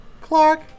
Clark